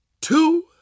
two